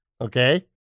Okay